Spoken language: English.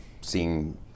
seeing